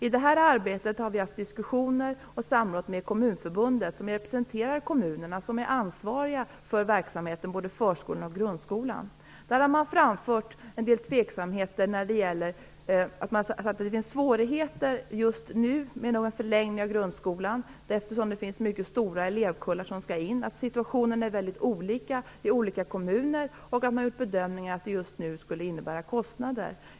I det arbetet har vi diskuterat och samrått med Dessa är ju ansvariga för verksamheten, både för förskolan och grundskolan. Kommunförbundet har framfört att det finns svårigheter med en förlängning av grundskolan just nu, eftersom mycket stora elevkullar skall in. Man har också sagt att situationen ser olika ut i olika kommuner och att man har gjort bedömningen att det just nu skulle innebära kostnader.